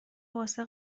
واسه